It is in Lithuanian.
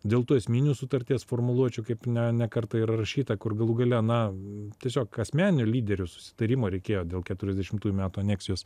dėl tų esminių sutarties formuluočių kaip ne ne kartą yra rašyta kur galų gale na tiesiog asmeninių lyderių susitarimo reikėjo dėl keturiasdešimtųjų metų aneksijos